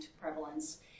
prevalence